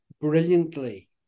brilliantly